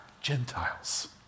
Gentiles